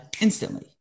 instantly